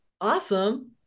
Awesome